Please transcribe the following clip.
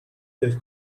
del